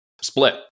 split